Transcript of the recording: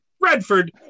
Redford